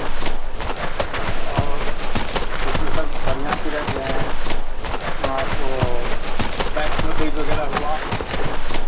और ऐसे सब बढ़ियाँ तीर्थ जो हैं आपको वैष्णो देवी वगैरह हुआ